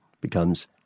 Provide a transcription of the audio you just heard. becomes